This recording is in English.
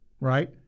right